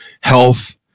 health